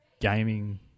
gaming